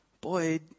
boy